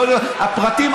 הפרטים,